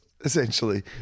essentially